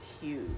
huge